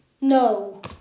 No